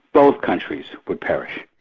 both countries would perish.